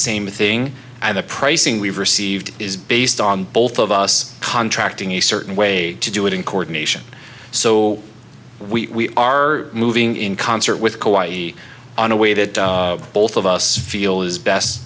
same thing and the pricing we've received is based on both of us contracting a certain way to do it in coordination so we are moving in concert with the on a way that both of us feel is best